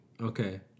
Okay